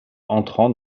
entrant